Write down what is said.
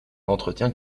l’entretien